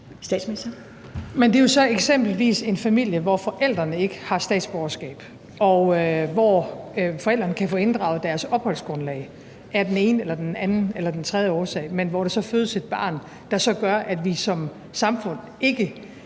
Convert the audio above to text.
jo så eksempelvis en familie, hvor forældrene ikke har statsborgerskab, og hvor forældrene kan få inddraget deres opholdsgrundlag af den ene eller den anden eller den tredje årsag, men hvor der så fødes et barn, hvilket gør, at vi som samfund ikke